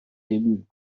dim